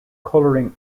coloring